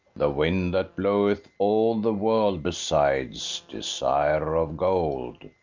the wind that bloweth all the world besides, desire of gold.